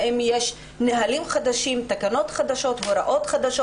האם יש נהלים חדשים, תקנות חדשות והוראות חדשות?